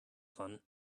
fun